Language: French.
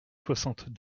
soixante